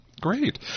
Great